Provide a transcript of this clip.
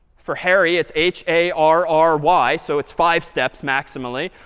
for harry, it's h a r r y. so it's five steps maximally.